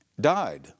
died